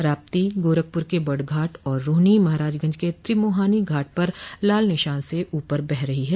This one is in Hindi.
राप्ती गोरखपुर के बर्डघाट और रोहिनी महराजगंज के त्रिमोहानी घाट पर लाल निशान से ऊपर बह रही है